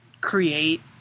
create